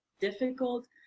difficult